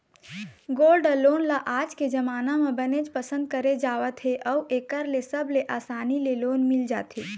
gold loan ल आज के जमाना म बनेच पसंद करे जावत हे अउ एखर ले सबले असानी ले लोन मिल जाथे